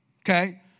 okay